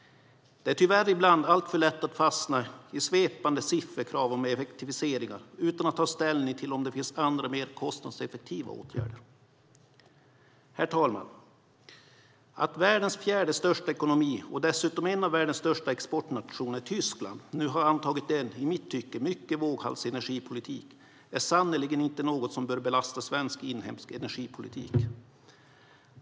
Det är tyvärr ibland alltför lätt att fastna i svepande sifferkrav om effektiviseringar utan att ta ställning till om det finns andra, mer kostnadseffektiva åtgärder. Herr talman! Att världens fjärde största ekonomi och dessutom en av världens största exportnationer, Tyskland, nu har antagit en, i mitt tycke, mycket våghalsig energipolitik är sannerligen inte något som bör belasta svensk inhemsk energipolitik.